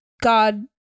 God